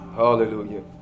Hallelujah